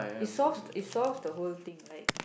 it solves it solves the whole thing like